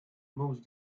most